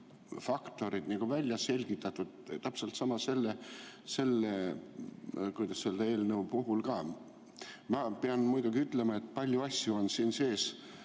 faktorid välja selgitatud. Täpselt sama on selle eelnõu puhul ka. Ma pean muidugi ütlema, et paljusid asju on siin